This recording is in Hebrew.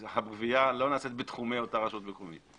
הגבייה לא נעשית בתחומי אותה רשות מקומית.